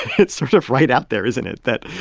it's sort of right out there, isn't it, that,